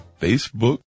Facebook